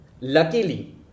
Luckily